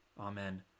Amen